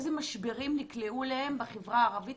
לאיזה משברים נקלעו בחברה הערבית,